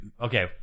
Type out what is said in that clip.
Okay